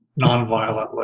nonviolently